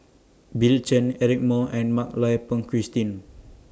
Bill Chen Eric Moo and Mak Lai Peng Christine